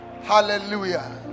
hallelujah